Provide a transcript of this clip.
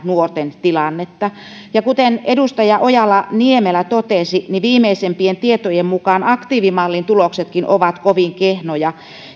nuorten tilannetta kuten edustaja ojala niemelä totesi viimeisimpien tietojen mukaan aktiivimallin tuloksetkin ovat kovin kehnoja